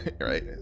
right